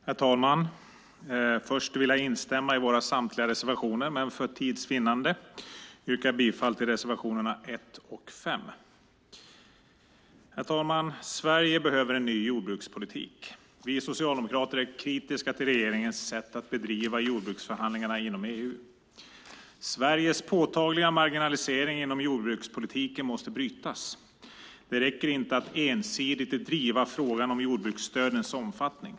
Herr talman! Först vill jag instämma i samtliga våra reservationer. Men för tids vinnande yrkar jag bifall till reservationerna 1 och 5. Herr talman! Sverige behöver en ny jordbrukspolitik. Vi socialdemokrater är kritiska till regeringens sätt att bedriva jordbruksförhandlingarna i EU. Sveriges påtagliga marginalisering inom jordbrukspolitiken måste brytas. Det räcker inte att ensidigt driva frågan om jordbruksstödens omfattning.